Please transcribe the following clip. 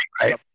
right